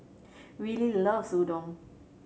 Willie loves Udon